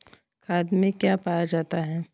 खाद में क्या पाया जाता है?